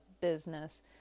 business